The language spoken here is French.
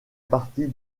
partie